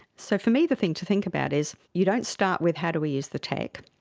so for me the thing to think about is you don't start with how do we use the tech,